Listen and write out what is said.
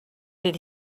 did